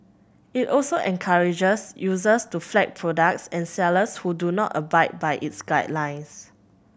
it also encourages users to flag products and sellers who do not abide by its guidelines